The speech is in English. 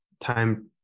time